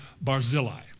Barzillai